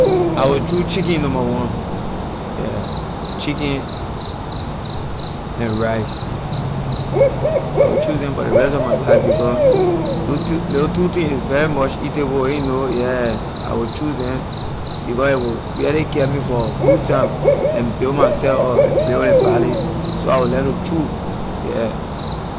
I will choose chicken number one yeah chicken and rice I will choose them for ley rest of my life because lo tw- lo two thing is very much eatable yeah I will choose them because a will really carry me for a good time and build myself up and build ley body so I will like to chew yeah